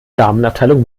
damenabteilung